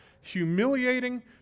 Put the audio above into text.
humiliating